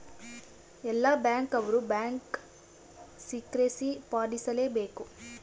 ಎಲ್ಲ ಬ್ಯಾಂಕ್ ಅವ್ರು bank secrecy ಪಾಲಿಸಲೇ ಬೇಕ